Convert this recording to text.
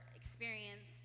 experience